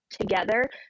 together